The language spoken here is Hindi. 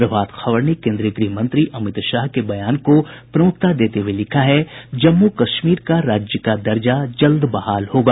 प्रभात खबर ने केन्द्रीय गृह मंत्री अमित शाह के बयान को प्रमुखता देते हुये लिखा है जम्मू कश्मीर का राज्य का दर्जा जल्द बहाल होगा